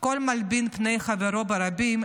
"כל המלבין פני חברו ברבים,